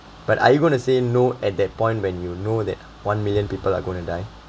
but are you gonna say no at that point when you know that one million people are gonna die